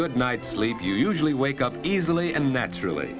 good night's sleep you usually wake up easily and naturally